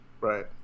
Right